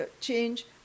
change